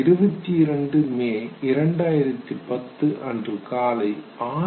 22 May 2010 அன்று காலை 6